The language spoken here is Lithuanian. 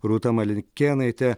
rūta malikėnaitė